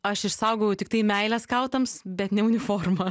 aš išsaugojau tiktai meilę skautams bet ne uniformą